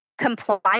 compliance